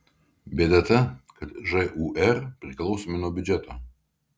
bėda ta kad žūr priklausomi nuo biudžeto